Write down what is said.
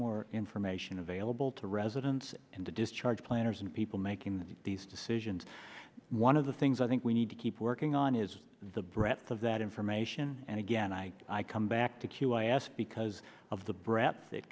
more information available to residents and to discharge planners and people making these decisions one of the things i think we need to keep working on is the breadth of that information and again i come back to q i ask because of the bratz th